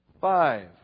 Five